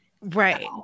Right